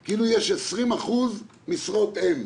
מחושבת כאילו יש 20% משרות אם.